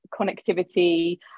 connectivity